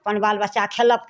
अपन बाल बच्चा खयलक